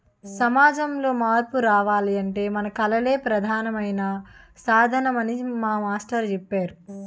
సమాజంలో మార్పు రావాలంటే మన కళలే ప్రధానమైన సాధనమని మా మాస్టారు చెప్పేరు